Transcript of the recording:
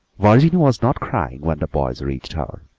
virginia was not crying when the boys reached her.